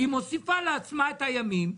היא מוסיפה לעצמה את הימים.